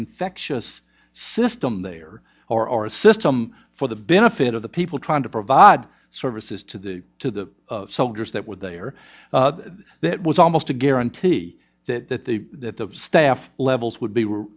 infectious system there or a system for the benefit of the people trying to provide services to the to the soldiers that were there that was almost a guarantee that the that the staff levels would be were